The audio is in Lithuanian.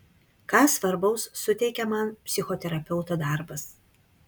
ką svarbaus suteikia man psichoterapeuto darbas